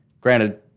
Granted